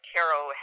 Caro